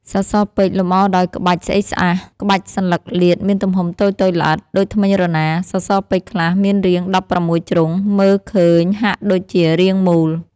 សសរពេជ្រ លម្អដោយក្បាច់ស្អេកស្កះ ក្បាច់សន្លឹកលាតមានទំហំតូចៗល្អិត ដូចធ្មេញរណារ ។ សសរពេជ្រខ្លះមានរាង ១៦ ជ្រុង មើលឃើញហាក់ដូចជា រាងមូល។